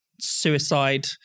suicide